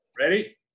ready